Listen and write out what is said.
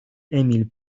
emil